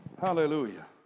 Hallelujah